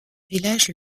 village